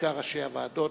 בעיקר ראשי הוועדות,